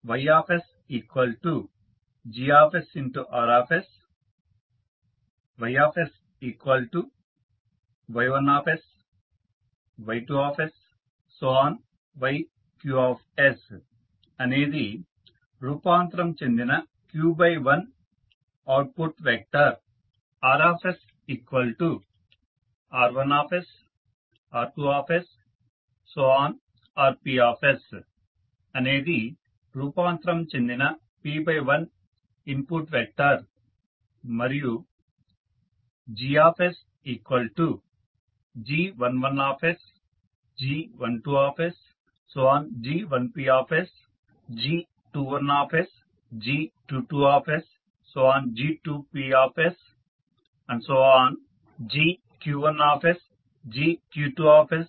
Ys GsRs YsY1 Y2 Yq అనేది రూపాంతరం చెందిన q × 1 output vector RsR1 R2 Rp అనేది రూపాంతరం చెందిన p × 1 ఇన్పుట్ వెక్టార్ మరియు GsG11s G12s G1ps G21s G22s G2ps ⋮⋱ Gq1s Gq2s